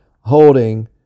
holding